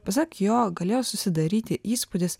pasak jo galėjo susidaryti įspūdis